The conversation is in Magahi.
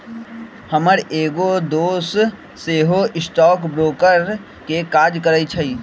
हमर एगो दोस सेहो स्टॉक ब्रोकर के काज करइ छइ